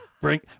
Bring